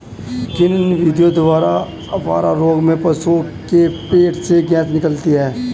किन विधियों द्वारा अफारा रोग में पशुओं के पेट से गैस निकालते हैं?